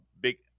big